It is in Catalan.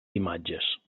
imatges